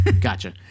Gotcha